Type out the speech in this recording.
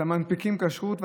אתם מנפיקים כשרות,